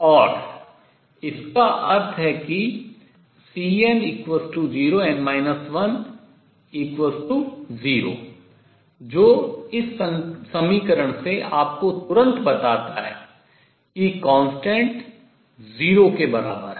और इसका अर्थ है कि Cn0n 10 जो इस समीकरण से आपको तुरंत बताता है कि constant स्थिरांक 0 के बराबर है